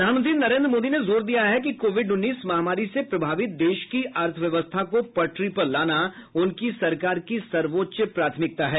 प्रधानमंत्री नरेन्द्र मोदी ने जोर दिया है कि कोविड उन्नीस महामारी से प्रभावित देश की अर्थव्यवस्था को पटरी पर लाना उनकी सरकार की सर्वोच्च प्राथमिकता है